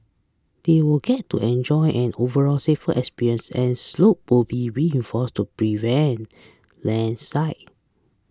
they will get to enjoy an overall safer experience as slope will be reinforced to prevent landslide